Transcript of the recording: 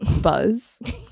buzz